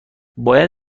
باید